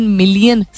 million